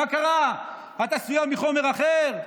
מה קרה, את עשויה מחומר אחר?